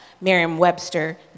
Merriam-Webster